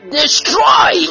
destroy